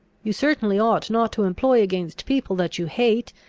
you certainly ought not to employ against people that you hate,